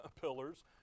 pillars